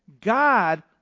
God